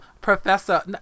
Professor